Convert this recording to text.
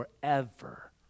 forever